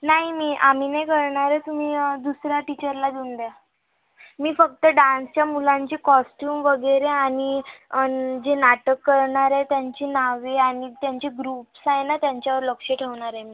नाही मी आम्ही नाही करणार तुम्ही दुसऱ्या टीचरला घेऊन द्या मी फक्त डांसच्या मुलांचे कॉस्च्युम वगैरे आणि जे नाटक करणार आहे त्यांची नावे आणि त्यांचे ग्रुप्स आहे ना त्यांच्यावर लक्ष ठेवणार आहे मी